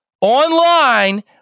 online